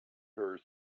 her